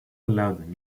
allowed